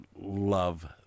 love